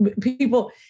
people